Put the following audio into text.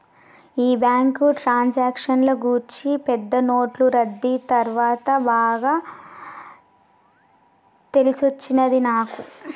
ఈ బ్యాంకు ట్రాన్సాక్షన్ల గూర్చి పెద్ద నోట్లు రద్దీ తర్వాత బాగా తెలిసొచ్చినది నాకు